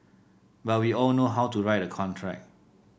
but we all know how to write a contract